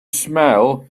smell